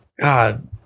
God